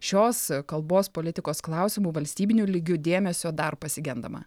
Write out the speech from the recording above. šios kalbos politikos klausimu valstybiniu lygiu dėmesio dar pasigendama